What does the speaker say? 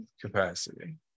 capacity